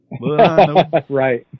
Right